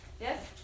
yes